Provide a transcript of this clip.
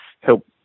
help